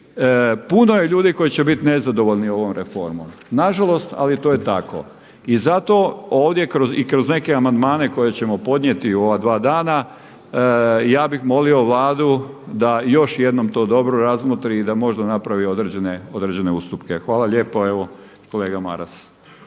puno je ljudi koji će biti nezadovoljni ovom reformom. Nažalost ali to je tako. I zato ovdje i kroz neke amandmane koje ćemo podnijeti u ova dva dana ja bih molio Vladu da još jednom to dobro razmotri i da možda napravi određene ustupke. Hvala lijepo. Evo kolega Maras.